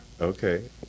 okay